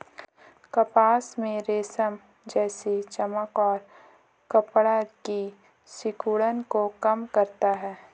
कपास में रेशम जैसी चमक और कपड़ा की सिकुड़न को कम करता है